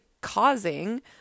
causing